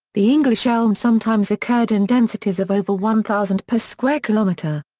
the english elm sometimes occurred in densities of over one thousand per square kilometre.